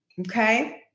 okay